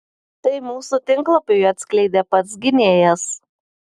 tai mūsų tinklalapiui atskleidė pats gynėjas